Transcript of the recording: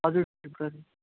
हजुर फरवरी